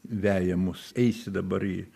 veja mus eisi dabar į